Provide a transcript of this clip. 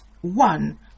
one